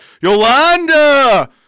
Yolanda